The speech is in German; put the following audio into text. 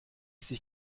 sich